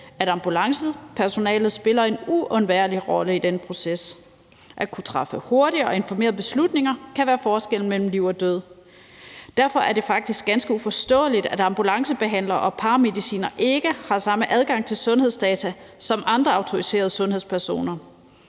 at ambulancepersonalet spiller en uundværlig rolle i den proces. At kunne træffe hurtige og informerede beslutninger kan være forskellen på liv og død. Derfor er det faktisk ganske uforståeligt, at ambulancebehandlere og paramedicinere ikke har samme adgang til sundhedsdata som andre autoriserede sundhedspersoner.